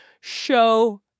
show